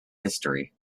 history